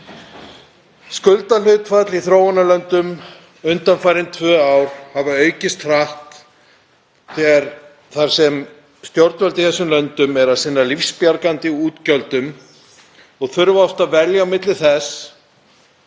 Skuldahlutfall í þróunarlöndum undanfarin tvö ár hefur aukist hratt þar sem stjórnvöld í þessum löndum eru að sinna lífsbjargandi útgjöldum og þurfa oft að velja á milli þess